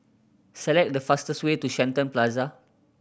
select the fastest way to Shenton Plaza